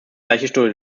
leichte